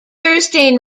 thursday